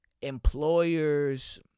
employers